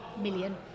million